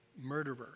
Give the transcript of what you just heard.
murderer